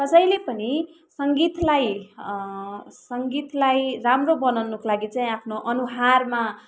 कसैले पनि सङ्गीतलाई सङ्गीतलाई राम्रो बनाउनुको लागि चाहिँ अनुहारमा